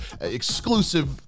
exclusive